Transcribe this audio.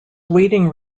waiting